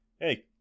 hey